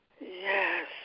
Yes